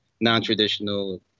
non-traditional